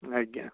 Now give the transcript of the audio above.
ଆଜ୍ଞା